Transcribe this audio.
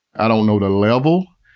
i don't know the level,